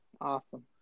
Awesome